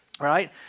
right